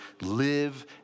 live